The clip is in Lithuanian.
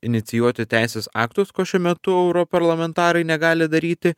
inicijuoti teisės aktus ko šiuo metu euro parlamentarai negali daryti